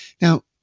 Now